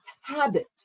habit